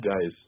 guys